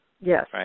Yes